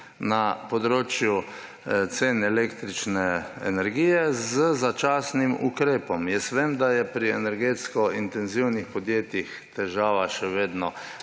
na področju cen električne energije z začasnim ukrepom. Vem, da je pri energetsko intenzivnih podjetjih težava še vedno